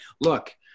look